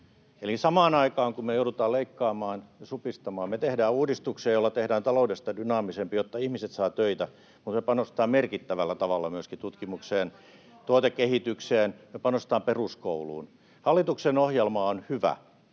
Eli samaan aikaan, kun me joudutaan leikkaamaan ja supistamaan, me tehdään uudistuksia, joilla tehdään taloudesta dynaamisempi, jotta ihmiset saavat töitä. Mutta me panostetaan merkittävällä tavalla myöskin tutkimukseen ja tuotekehitykseen, me panostetaan peruskouluun. Hallituksen ohjelma on hyvä.